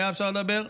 היה אפשר לדבר.